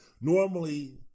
normally